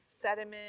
sediment